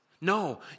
No